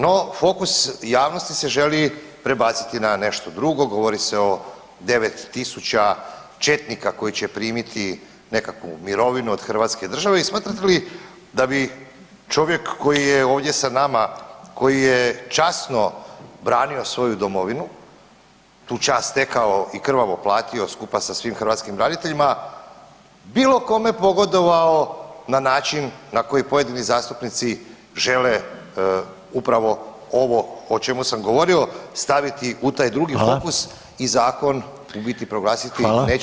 No, fokus javnosti se želi prebaciti na nešto drugo, govori se o 9000 četnika koji će primiti nekakvu mirovinu od Hrvatske države i smatrate li da bi čovjek koji je ovdje sa nama, koji je časno branio svoju Domovinu, tu čast stekao i krvavo platio skupa sa svim hrvatskim braniteljima bilo kome pogodovao na način na koji pojedini zastupnici žele upravo o čemu sam govorio staviti u taj drugi fokus i zakon u biti proglasiti nečim što uistinu nije.